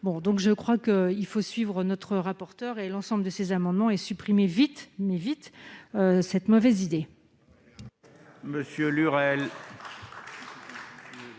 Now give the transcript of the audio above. Je crois qu'il faut suivre notre rapporteur spécial et l'ensemble de ces amendements pour supprimer vite, au plus vite, cette mauvaise idée.